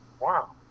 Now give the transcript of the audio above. wow